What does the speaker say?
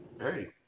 hey